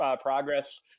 progress